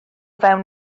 fewn